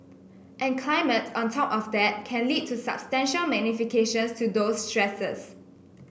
and climate on top of that can lead to substantial magnifications to those stresses